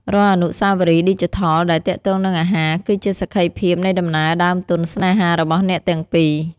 រាល់អនុស្សាវរីយ៍ឌីជីថលដែលទាក់ទងនឹងអាហារ គឺជាសក្ខីភាពនៃដំណើរដើមទុនស្នេហារបស់អ្នកទាំងពីរ។